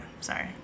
sorry